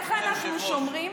איך אנחנו שומרים